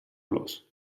los